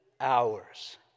hours